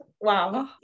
wow